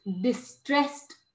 distressed